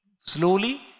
slowly